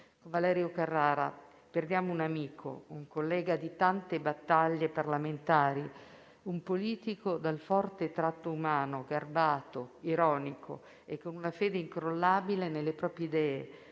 Valerio Carrara perdiamo un amico, un collega di tante battaglie parlamentari, un politico dal forte tratto umano, garbato, ironico e con una fede incrollabile nelle proprie idee,